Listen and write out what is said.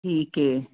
ਠੀਕ ਹੈ